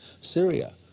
Syria